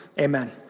Amen